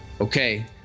Okay